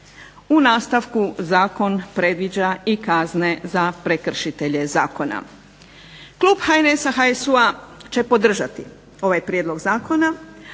U nastavku zakon predviđa i kazne za prekršitelje zakona. Klub HNS-a, HSU-a će podržati ovaj prijedlog zakona,